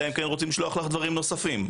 אלא אם כן רוצים לשלוח לכם דברים נוספים,